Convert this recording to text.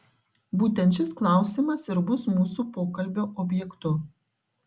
būtent šis klausimas ir bus mūsų pokalbio objektu